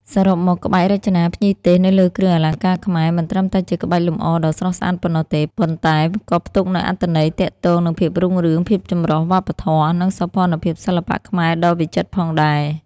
សរុបមក ក្បាច់រចនាភ្ញីទេសនៅលើគ្រឿងអលង្ការខ្មែរ មិនត្រឹមតែជាក្បាច់លម្អដ៏ស្រស់ស្អាតប៉ុណ្ណោះទេ ប៉ុន្តែក៏ផ្ទុកនូវអត្ថន័យទាក់ទងនឹងភាពរុងរឿង ភាពចម្រុះវប្បធម៌ និងសោភ័ណភាពសិល្បៈខ្មែរដ៏វិចិត្រផងដែរ។